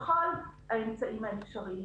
מנהל קשרי ממשל של קואליציות ארגוני הקהילה הגאה,